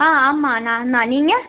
ஆ ஆமாம் நான் தான் நீங்கள்